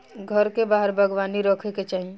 घर के बाहर बागवानी रखे के चाही